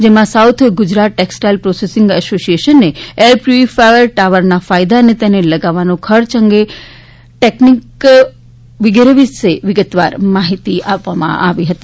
જેમાં South Gujarat textile processing એસોશિએશનને air purifier ટાવરના ફાયદા તેને લગાવવાનો ખર્ય અને ટેકનીક અંગે વિગતવાર માહિતી આપવામાં આવી હતી